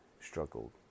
struggled